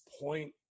point